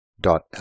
dot